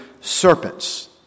serpents